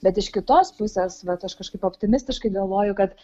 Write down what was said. bet iš kitos pusės vat aš kažkaip optimistiškai galvoju kad